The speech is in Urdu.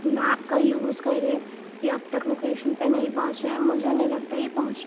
میپ کا یوز کریں یہ اب تک لوکیشن پہ نہیں پہنچے ہیں مجھے نہیں لگتا یہ پہنچنے